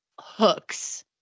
hooks